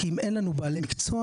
כי אם אין לנו בעלי מקצוע,